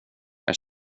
jag